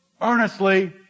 earnestly